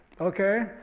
okay